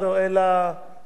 עכשיו,